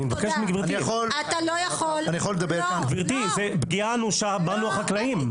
זו פגיעה אנושה בנו החקלאים.